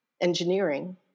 engineering